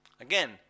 Again